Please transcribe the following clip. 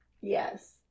Yes